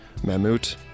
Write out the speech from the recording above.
Mammut